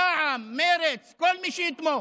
רע"מ, מרצ, כל מי שיתמוך.